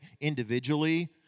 individually